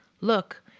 Look